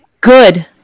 good